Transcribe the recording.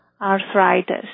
arthritis